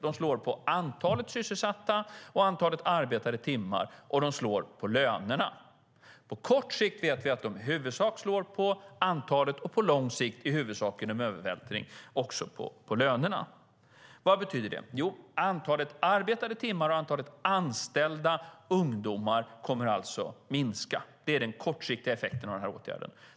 De slår på antalet sysselsatta och antalet arbetade timmar samt på lönerna. På kort sikt vet vi att de i huvudsak slår på antalet och på lång sikt i huvudsak genom övervältring också på lönerna. Vad betyder detta? Jo, antalet arbetade timmar och antalet anställda ungdomar kommer alltså att minska. Det är den kortsiktiga effekten av åtgärden.